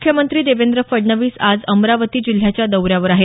मुख्यमंत्री देवेंद्र फडणवीस आज अमरावती जिल्ह्याच्या दौऱ्यावर आहेत